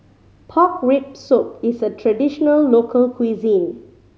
pork rib soup is a traditional local cuisine